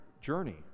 journey